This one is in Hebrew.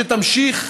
שתמשיך,